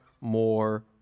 more